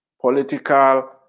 political